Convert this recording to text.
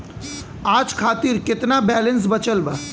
आज खातिर केतना बैलैंस बचल बा?